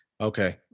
Okay